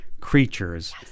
creatures